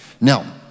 Now